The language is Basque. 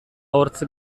hortz